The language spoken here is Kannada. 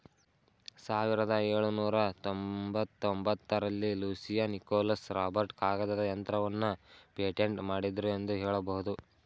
ಸಾವಿರದ ಎಳುನೂರ ತೊಂಬತ್ತಒಂಬತ್ತ ರಲ್ಲಿ ಲೂಸಿಯಾ ನಿಕೋಲಸ್ ರಾಬರ್ಟ್ ಕಾಗದದ ಯಂತ್ರವನ್ನ ಪೇಟೆಂಟ್ ಮಾಡಿದ್ರು ಎಂದು ಹೇಳಬಹುದು